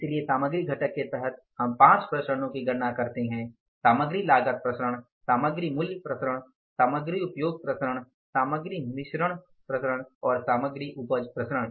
इसलिए सामग्री घटक के तहत हम पांच विचरणों की गणना करते हैं सामग्री लागत विचरण सामग्री मूल्य विचरण सामग्री उपयोग विचरण सामग्री मिश्रण विचरण और सामग्री उपज विचरण